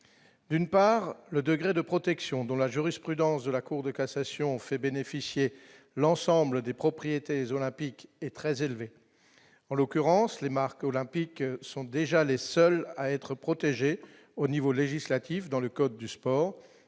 d'une part le degré de protection dont la jurisprudence de la Cour de cassation fait bénéficier l'ensemble des propriétaires, les olympiques, est très élevé en l'occurrence les marques olympiques sont déjà les seuls à être protégés au niveau législatif dans le code du sport